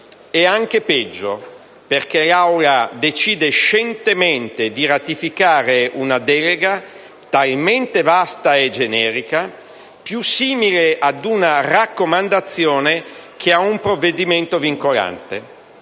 è anche peggio, perché l'Assemblea decide scientemente di ratificare una delega talmente vasta e generica, più simile ad una raccomandazione che ad un provvedimento vincolante.